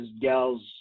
gals